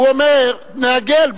נעגל,